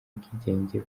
ubwigenge